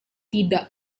tidak